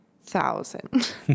Thousand